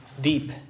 deep